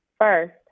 First